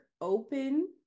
open